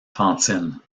fantine